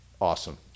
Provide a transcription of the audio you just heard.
Awesome